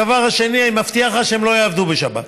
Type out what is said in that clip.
הדבר השני, אני מבטיח לך שהם לא יעבדו בשבת.